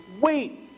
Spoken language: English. Wait